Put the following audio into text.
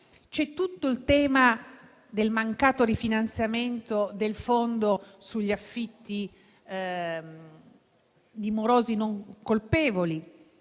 C'è tutto il tema del mancato rifinanziamento del fondo sugli affitti di morosi non colpevoli.